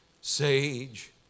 sage